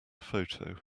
photo